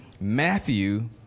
Matthew